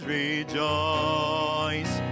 rejoice